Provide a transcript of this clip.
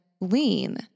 lean